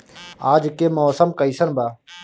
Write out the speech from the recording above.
आज के मौसम कइसन बा?